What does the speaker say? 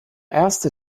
erste